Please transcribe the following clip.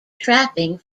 trapping